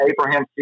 Abraham